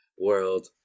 world